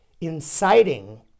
inciting